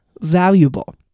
valuable